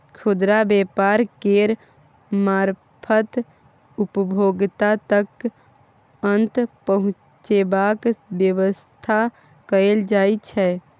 खुदरा व्यापार केर मारफत उपभोक्ता तक अन्न पहुंचेबाक बेबस्था कएल जाइ छै